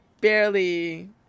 barely